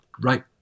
right